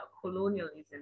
colonialism